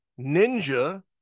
ninja